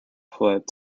fled